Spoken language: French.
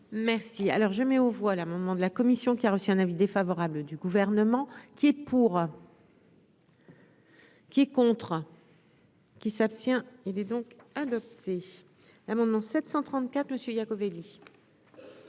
Merci, alors je mets aux voix l'amendement de la commission qui a reçu un avis défavorable du gouvernement qui est pour. Qui est contre. Qui s'abstient, il est donc adopté l'amendement 734 monsieur Iacovelli.